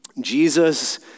Jesus